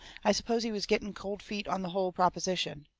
i supposed he was getting cold feet on the hull proposition.